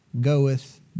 goeth